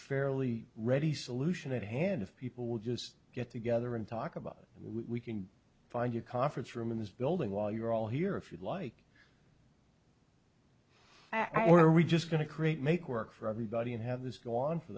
fairly ready solution at hand if people would just get together and talk about we can find you conference room in this building while you're all here if you like i or we just going to create make work for everybody and have this go on for